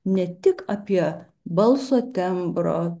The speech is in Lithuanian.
ne tik apie balso tembro